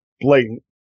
blatant